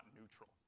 neutral